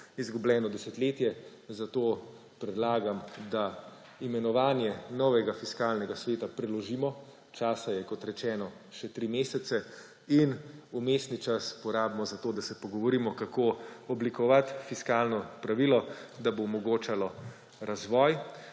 izgubljeno desetletje. Zato predlagam, da imenovanje novega fiskalnega sveta preložimo, časa je, kot rečeno, še tri mesece, in vmesni čas porabimo za to, kako oblikovati fiskalno pravilo, da bo omogočalo razvoj